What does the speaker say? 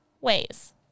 ways